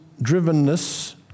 drivenness